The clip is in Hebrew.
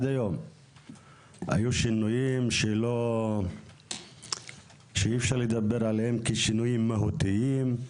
היו שינויים שאי אפשר לדבר עליהם כשינויים מהותיים.